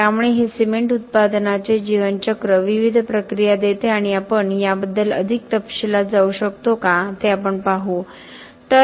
त्यामुळे हे सिमेंट उत्पादनाचे जीवनचक्र विविध प्रक्रिया देते आणि आपण याबद्दल अधिक तपशीलात जाऊ शकतो का ते आपण पाहू